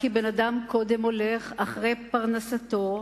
כי אדם קודם הולך אחרי פרנסתו,